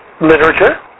literature